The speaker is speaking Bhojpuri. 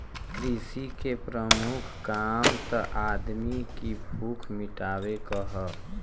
कृषि के प्रमुख काम त आदमी की भूख मिटावे क हौ